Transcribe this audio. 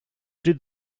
did